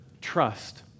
trust